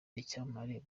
icyamamare